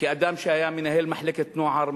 כאדם שהיה מנהל מחלקת נוער,